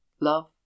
Love